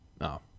No